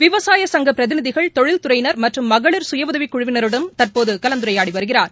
விவசாய சங்க பிரதிநிதிகள் தொழில்துறையினா் மற்றும் மகளிா் சுய உதவி குழுவினருடனும் தற்போது கலந்துரையாடி வருகிறார்